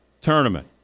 tournament